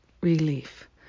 relief